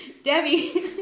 Debbie